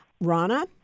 Rana